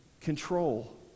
control